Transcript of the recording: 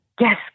yes